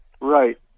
Right